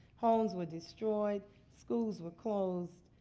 homes were destroyed. schools were closed.